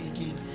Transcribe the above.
again